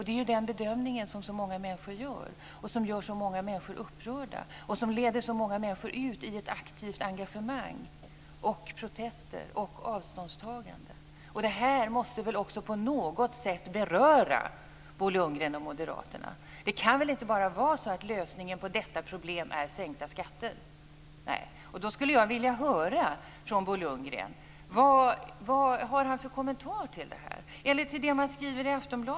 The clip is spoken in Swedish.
Det är också den bedömning som så många människor gör, som gör så många människor upprörda och som leder så många människor ut i ett aktivt engagemang, protester och avståndstagande. Det här måste väl på något sätt beröra också Bo Lundgren och moderaterna. Det kan inte bara vara så att lösningen på detta problem är sänkta skatter. Nej. Då skulle jag vilja höra från Bo Lundgren: Vad har han för kommentar till detta eller till det som man skriver i Aftonblandet?